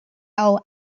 our